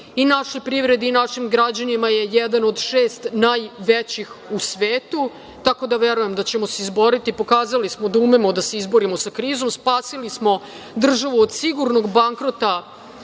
i našoj privredi i našim građanima je jedan od šest najvećih u svetu, tako da verujem da ćemo se izboriti. Pokazali smo da umemo da se izborimo sa krizom. Spasili smo državu od sigurnog bankrota